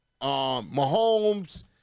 Mahomes